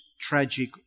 tragic